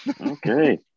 Okay